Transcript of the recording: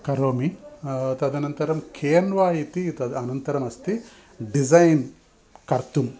करोमि तदनन्तरं केन्वा इति तद् अनन्तरमस्ति डिसैन् कर्तुं